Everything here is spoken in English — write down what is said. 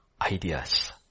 ideas